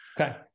Okay